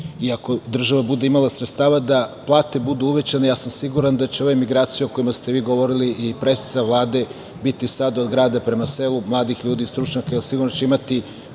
ako država bude imala sredstava da plate budu uvećane, siguran sam da će ove migracije o kojima ste govorili i predsednica Vlade biti sada od grada prema selu, mladih ljudi, stručnjaka. Sigurno će imati